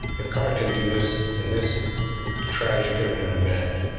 if god can do this in this tragic of an and event,